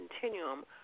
continuum